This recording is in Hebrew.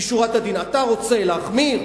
אתה רוצה להחמיר,